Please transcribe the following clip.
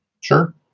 Sure